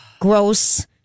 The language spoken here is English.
gross